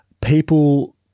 people